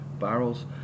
barrels